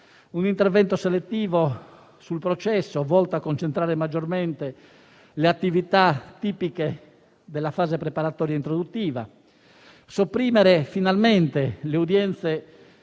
un intervento selettivo sul processo, volto a concentrare maggiormente le attività tipiche della fase preparatoria e introduttiva: sopprimere finalmente le udienze